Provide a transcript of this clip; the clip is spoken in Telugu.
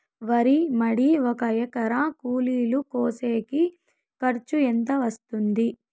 వరి మడి ఒక ఎకరా కూలీలు కోసేకి ఖర్చు ఎంత వస్తుంది?